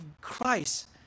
Christ